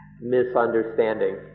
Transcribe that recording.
misunderstanding